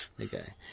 Okay